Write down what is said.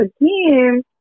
again